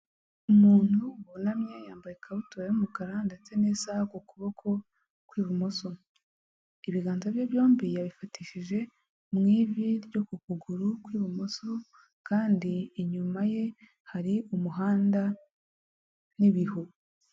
Umuntu wunamye yambaye ikabutura y'umukara ndetse n'isaha ku kuboko ku ibumoso. Ibiganza bye byombi yabifatishije mu ivi ryo ku kuguru ku ibumoso, kandi inyuma ye hari umuhanda n'ibihu.